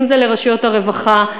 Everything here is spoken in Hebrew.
אם לרשויות הרווחה,